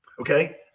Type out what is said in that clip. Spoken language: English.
Okay